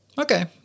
Okay